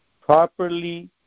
properly